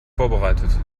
vorbereitet